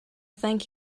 thank